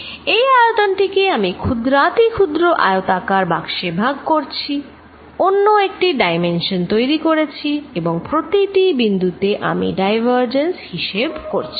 এই আয়তনটিকে আমি ক্ষুদ্রাতিক্ষুদ্র আয়তাকার বাক্সে ভাগ করছি অন্য একটি ডাইমেনশন তৈরি করেছি এবং প্রতিটি বিন্দুতে আমি ডাইভারজেন্স হিসেব করছি